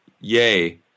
yay